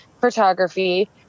photography